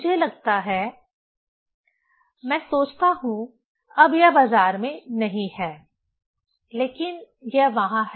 मुझे लगता है मैं सोचता हूं अब यह बाजार में नहीं है लेकिन यह वहां है